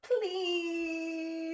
Please